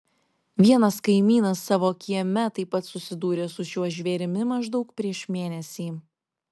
vienas kaimynas savo kieme taip pat susidūrė su šiuo žvėrimi maždaug prieš mėnesį